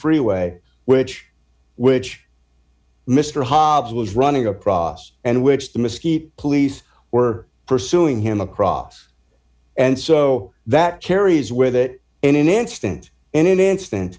freeway which which mr hobbs was running across and which the mosquito police were pursuing him across and so that carries with it in an instant in an instant